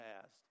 past